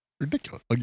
Ridiculous